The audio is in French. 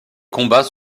combats